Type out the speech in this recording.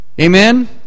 Amen